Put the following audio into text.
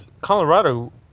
Colorado